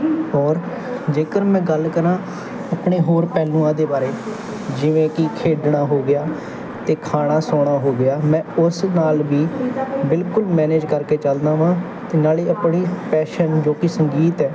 ਔਰ ਜੇਕਰ ਮੈਂ ਗੱਲ ਕਰਾਂ ਆਪਣੇ ਹੋਰ ਪਹਿਲੂਆਂ ਦੇ ਬਾਰੇ ਜਿਵੇਂ ਕਿ ਖੇਡਣਾ ਹੋ ਗਿਆ ਅਤੇ ਖਾਣਾ ਸੌਣਾ ਹੋ ਗਿਆ ਮੈਂ ਉਸ ਨਾਲ ਵੀ ਬਿਲਕੁਲ ਮੈਨੇਜ ਕਰਕੇ ਚੱਲਦਾ ਵਾਂ ਅਤੇ ਨਾਲੇ ਆਪਣੀ ਪੈਸ਼ਨ ਜੋ ਕਿ ਸੰਗੀਤ ਹੈ